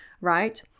right